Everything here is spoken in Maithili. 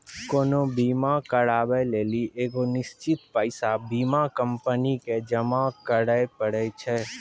कोनो बीमा कराबै लेली एगो निश्चित पैसा बीमा कंपनी के जमा करै पड़ै छै